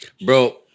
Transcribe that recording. Bro